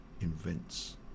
invents